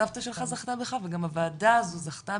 סבתא שלך זכתה בך וגם הוועדה הזו זכתה